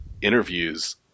interviews